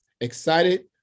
Excited